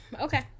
Okay